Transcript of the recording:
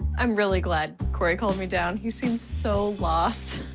i'm really glad corey called me down. he seemed so lost.